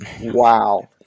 Wow